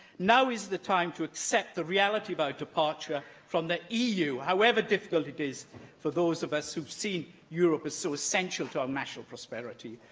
now is the time to accept the reality of our departure from the eu, however difficult it is for those of us who see europe as so essential to our national prosperity.